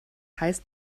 heißt